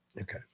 Okay